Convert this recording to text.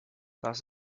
das